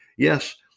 Yes